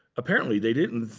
apparently they didn't,